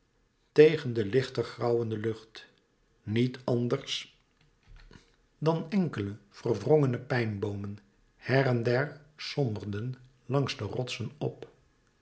tegen de lichter grauwende lucht niet anders dan enkele verwrongene pijnboomen her en der somberden langs de rotsen op